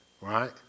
Right